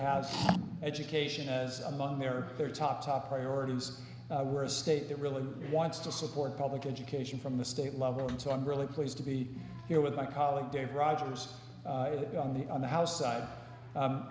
house education as among their their top top priorities were a state that really wants to support public education from the state level and so i'm really pleased to be here with my colleague dave projects on the on the house side